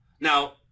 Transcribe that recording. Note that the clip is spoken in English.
Now